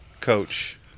coach